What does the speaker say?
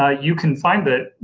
ah you can find that, you